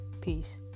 Peace